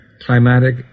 climatic